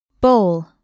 Bowl